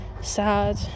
sad